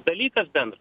dalykas bendras